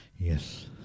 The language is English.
Yes